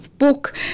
book